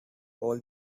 all